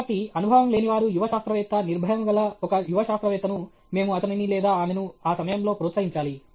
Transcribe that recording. కాబట్టి అనుభవం లేనివారు యువ శాస్త్రవేత్త నిర్భయము గల ఒక యువ శాస్త్రవేత్త ను మేము అతనిని లేదా ఆమెను ఆ సమయంలో ప్రోత్సహించాలి